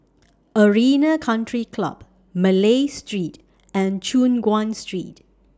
Arena Country Club Malay Street and Choon Guan Street